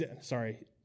sorry